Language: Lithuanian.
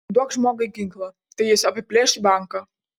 duok žmogui ginklą tai jis apiplėš banką